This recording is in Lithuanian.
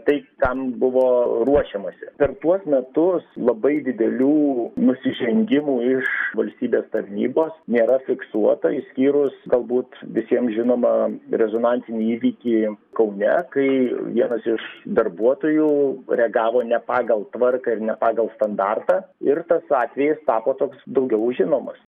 tai kam buvo ruošiamasi per tuos metus labai didelių nusižengimų iš valstybės tarnybos nėra fiksuota išskyrus galbūt visiem žinomą rezonansinį įvykį kaune kai vienas iš darbuotojų reagavo ne pagal tvarką ir ne pagal standartą ir tas atvejis tapo toks daugiau žinomas